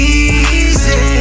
easy